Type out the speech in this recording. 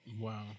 Wow